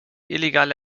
illegale